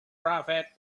prophet